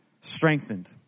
strengthened